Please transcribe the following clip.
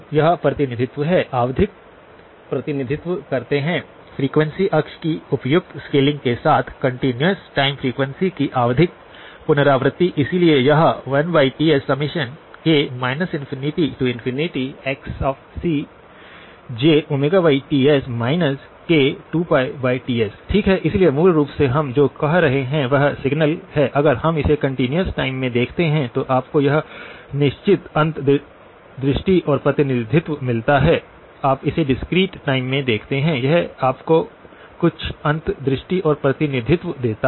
यह प्रतिनिधित्व है आवधिक प्रतिनिधित्व करते हैं फ्रीक्वेंसी अक्ष की उपयुक्त स्केलिंग के साथ कंटीन्यूअस टाइम फ्रीक्वेंसी की आवधिक पुनरावृत्ति इसलिए यह 1Tsk ∞XcjTs k2πTs ठीक है इसलिए मूल रूप से हम जो कह रहे हैं वह सिग्नल है अगर हम इसे कंटीन्यूअस टाइम में देखते हैं तो आपको एक निश्चित अंतर्दृष्टि और प्रतिनिधित्व मिलता है आप इसे डिस्क्रीट टाइम में देखते हैं यह आपको कुछ अंतर्दृष्टि और प्रतिनिधित्व देता है